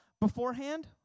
beforehand